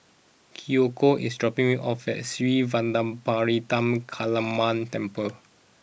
Kiyoko is dropping me off at Sri Vadapathira Kaliamman Temple